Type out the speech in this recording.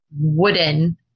wooden